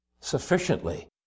sufficiently